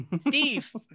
Steve